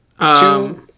Two